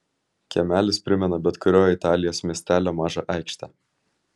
kiemelis primena bet kurio italijos miestelio mažą aikštę